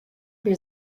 bir